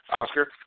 Oscar